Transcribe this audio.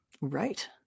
Right